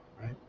Right